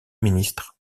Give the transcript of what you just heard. ministre